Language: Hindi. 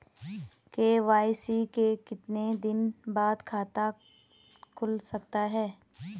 के.वाई.सी के कितने दिन बाद खाता खुल सकता है?